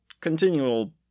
continual